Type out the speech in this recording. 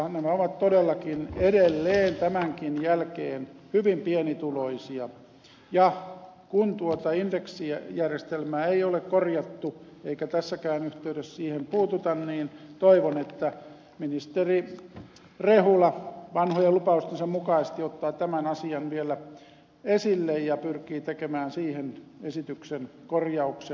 nämä ovat todellakin edelleen tämänkin jälkeen hyvin pienituloisia ja kun tuota indeksijärjestelmää ei ole korjattu eikä tässäkään yhteydessä siihen puututa niin toivon että ministeri rehula vanhojen lupaustensa mukaisesti ottaa tämän asian vielä esille ja pyrkii tekemään siihen esityksen korjauksen aikaansaamiseksi